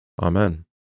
Amen